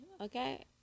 Okay